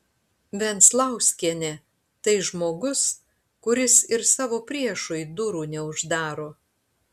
venclauskienė tai žmogus kuris ir savo priešui durų neuždaro